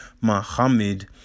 Muhammad